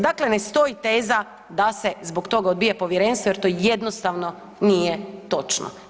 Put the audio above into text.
Dakle, ne stoji teza da se zbog toga odbija povjerenstvo jer to jednostavno nije točno.